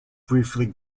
briefly